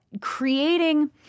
creating